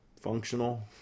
functional